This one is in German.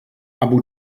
abu